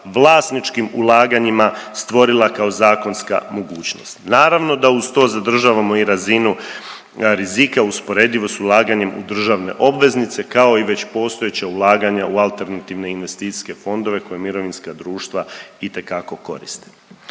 vlasničkim ulaganjima stvorila kao zakonska mogućnost. Naravno da uz to zadržavamo i razinu rizika usporedivo s ulaganjem u državne obveznice kao i već postojeća ulaganja u alternativne investicijske fondove koje mirovinska društva itekako koriste.